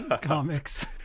comics